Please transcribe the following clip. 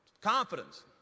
Confidence